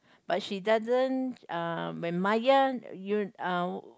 but she doesn't uh when Maya mu uh